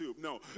No